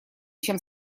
чем